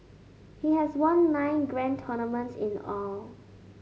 he has won nine grand tournaments in all